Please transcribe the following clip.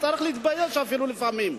צריך להתבייש אפילו לפעמים.